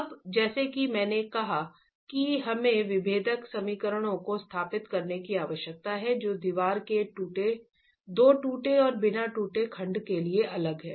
अब जैसा कि मैंने कहा कि हमें विभेदक समीकरणों को स्थापित करने की आवश्यकता है जो दीवार के दो टूटे और बिना टूटे खंडों के लिए अलग हैं